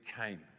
came